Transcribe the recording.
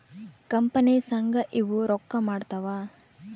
company ಸಂಘ ಇವು ರೊಕ್ಕ ಮಾಡ್ತಾವ